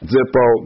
Zippo